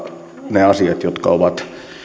ne asiat jotka ovat